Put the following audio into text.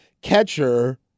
catcher